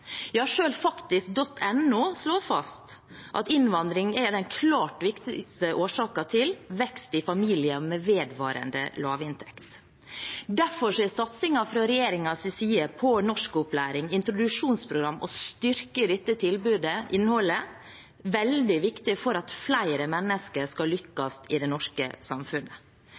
Ja, selv faktisk.no slår fast at innvandring er den klart viktigste årsaken til vekst i familier med vedvarende lavinntekt. Derfor er satsingen fra regjeringens side på norskopplæring, introduksjonsprogram og å styrke innholdet i dette tilbudet veldig viktig for at flere mennesker skal lykkes i det norske samfunnet.